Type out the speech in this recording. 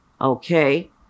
okay